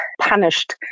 punished